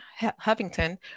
Huffington